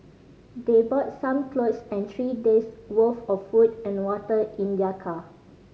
they brought some clothes and three days' worth of food and water in their car